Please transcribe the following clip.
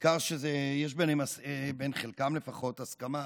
וניכר שיש בין חלקם לפחות הסכמה